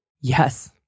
yes